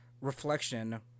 reflection